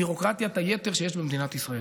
ביורוקרטיית היתר שיש במדינת ישראל.